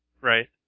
Right